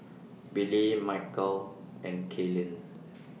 Billy Michal and Kaylin